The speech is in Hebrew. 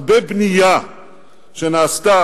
הרבה בנייה שנעשתה